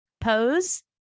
pose